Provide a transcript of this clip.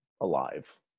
alive